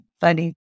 Funny